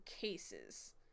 cases